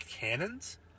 Cannons